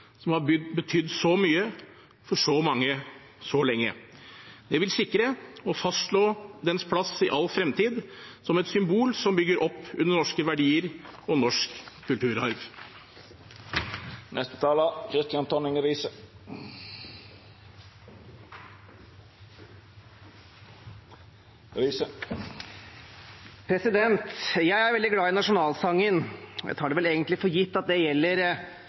melodi som har betydd så mye for så mange så lenge. Det vil sikre og fastslå dens plass i all fremtid, som et symbol som bygger opp under norske verdier og norsk kulturarv. Jeg er veldig glad i nasjonalsangen – jeg tar det vel egentlig for gitt at det gjelder